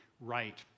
right